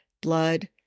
blood